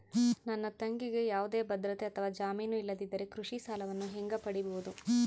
ನನ್ನ ತಂಗಿಗೆ ಯಾವುದೇ ಭದ್ರತೆ ಅಥವಾ ಜಾಮೇನು ಇಲ್ಲದಿದ್ದರೆ ಕೃಷಿ ಸಾಲವನ್ನು ಹೆಂಗ ಪಡಿಬಹುದು?